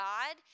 God